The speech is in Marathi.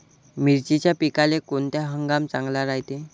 मिर्चीच्या पिकाले कोनता हंगाम चांगला रायते?